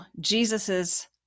jesus's